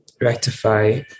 rectify